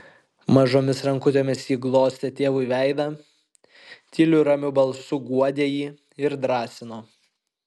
mažomis rankutėmis ji glostė tėvui veidą tyliu ramiu balsu guodė jį ir drąsino